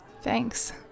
Thanks